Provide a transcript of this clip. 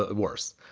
ah worse.